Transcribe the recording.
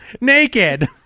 Naked